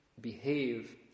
behave